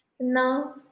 Now